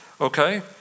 okay